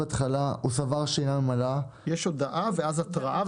יש הודעה, אחר כך התראה.